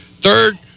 third